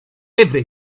every